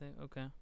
Okay